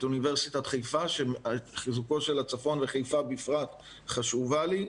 אוניברסיטת חיפה שחיזוקו של הצפון וחיפה בפרט חשובה לי,